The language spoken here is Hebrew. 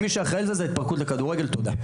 מי שאחראי זה ההתפרקות לכדורגל, תודה.